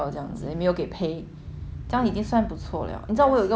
这样已经算不错 liao 你知道我有个朋友 orh 他就是